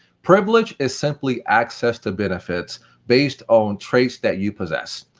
privilege is simply access to benefits based on traits that you possess.